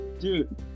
dude